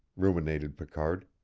ruminated picard,